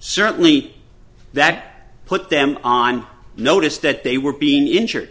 certainly that put them on notice that they were being injured